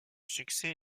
succès